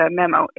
memo